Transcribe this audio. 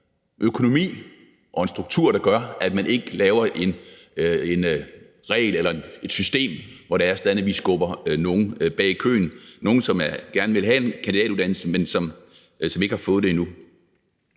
økonomi og en struktur, der gør, at man ikke laver en regel eller et system, hvor det er sådan, at vi skubber nogle bag i køen – nogle, som gerne vil have en kandidatuddannelse, men som ikke har fået det endnu.